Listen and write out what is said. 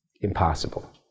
impossible